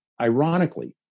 ironically